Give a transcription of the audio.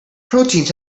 proteins